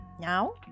Now